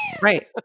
Right